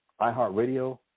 iHeartRadio